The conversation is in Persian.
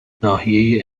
ناحیه